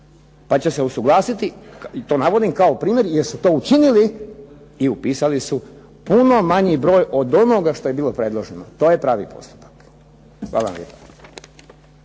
Pa će se usuglasiti, to navodim kao primjer jer su to učinili i upisali su puno manji broj od onoga što je bilo predloženo. To je pravi postupak. Hvala vam